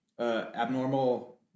Abnormal